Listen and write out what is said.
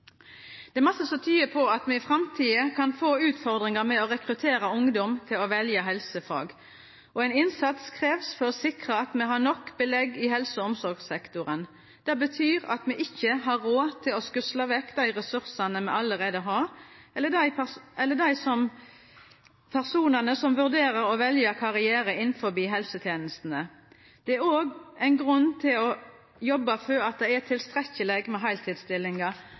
Det er mykje som tyder på at me i framtida kan få utfordringar med å rekruttera ungdom til helsefag, og det krevst ein innsats for å sikra at me har nok belegg i helse- og omsorgssektoren. Det betyr at me ikkje har råd til å skusla vekk dei ressursane me allereie har, eller dei personane som vurderer å velja karriere innanfor helsetenestene. Det er òg ein grunn til å jobba for at det er tilstrekkeleg med heiltidsstillingar